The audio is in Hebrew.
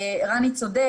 רני צודק,